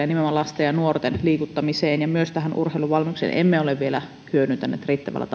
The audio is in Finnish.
nimenomaan lasten ja nuorten liikuttamiseen ja myös urheiluvalmennukseen vielä hyödyntäneet riittävällä